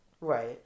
Right